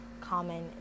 common